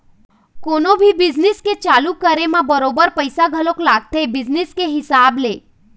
कोनो भी बिजनेस के चालू करे म बरोबर पइसा घलोक लगथे बिजनेस के हिसाब ले